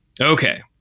Okay